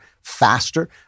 faster